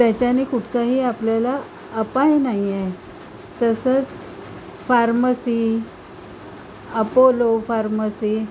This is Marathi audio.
त्याच्यानी कुठचाही आपल्याला अपाय नाईये तसंच फार्मसी अपोलो फार्मसी